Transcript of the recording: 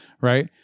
right